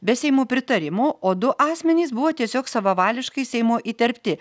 be seimo pritarimo o du asmenys buvo tiesiog savavališkai seimo įterpti